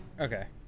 Okay